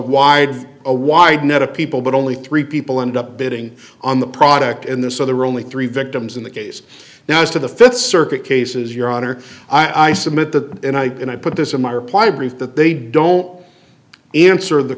wide a wide net of people but only three people end up bidding on the product in there so there were only three victims in the case now as to the th circuit cases your honor i submit that and i put this in my reply brief that they don't answer the